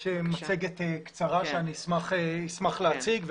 יש מצגת קצרה שאני אשמח להציג.